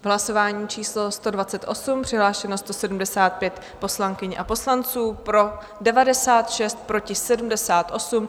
Hlasování číslo 128, přihlášeno 175 poslankyň a poslanců, pro 96, proti 78.